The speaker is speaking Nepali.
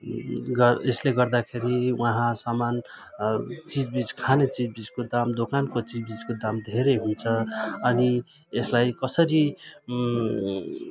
गर् यसले गर्दाखेरि वहाँ सामान चिजबिज खाने चिजबिजको दाम दोकानको चिजबिजको दाम धेरै हुन्छ अनि यसलाई कसरी